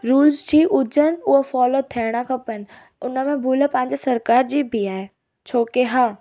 rules जी हुजनि उहा फ़ॉलो थियण खपनि हुन में भुल पंहिंजी सरकारि जी बि आहे छोकी हा